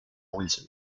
wilson